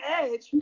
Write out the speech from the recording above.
Edge